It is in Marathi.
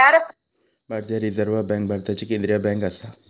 भारतीय रिझर्व्ह बँक भारताची केंद्रीय बँक आसा